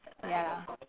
ya lah